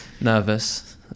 nervous